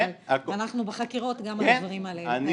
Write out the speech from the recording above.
אנחנו בחקירות גם על הדברים הללו.